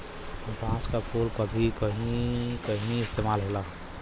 बांस क फुल क भी कहीं कहीं इस्तेमाल होला